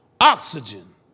Oxygen